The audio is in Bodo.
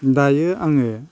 दायो आङो